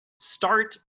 start